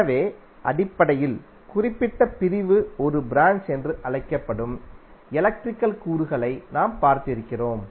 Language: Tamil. எனவே அடிப்படையில் குறிப்பிட்ட பிரிவு ஒரு ப்ராஞ்ச் என்று அழைக்கப்படும் எலக்ட்ரிக்கல் கூறுகளை நாம் பார்த்திருக்கிறோம்